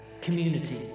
community